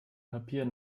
papier